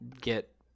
get –